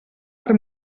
per